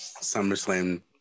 SummerSlam